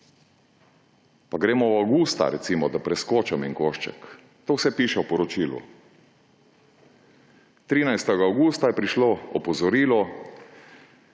Pa gremo na avgust, da preskočim en košček − to vse piše v poročilu. 13. avgusta je prišlo opozorilo,